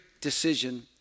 decision